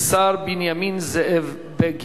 בעד, אין מתנגדים, אין נמנעים.